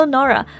Nora